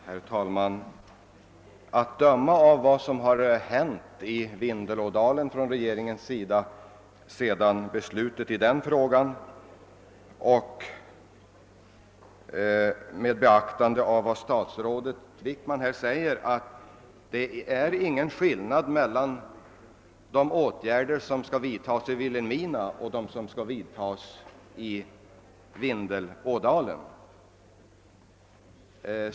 Herr talman! Mot bakgrunden av vad som har gjorts i Vindelådalen från regeringens sida efter beslutet i den frågan och med beaktande av vad statsrådet Wickman här säger om att det inte är någon skillnad mellan de åitgärder som skall vidtas i Vilhelmina och dem som skall vidtas i Vindelådalen har jag en fråga att ställa.